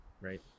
right